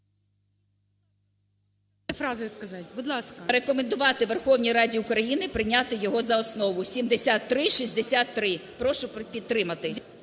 рекомендувати Верховній Раді України прийняти його за основу 7363. Прошу підтримати.